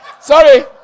Sorry